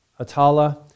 Atala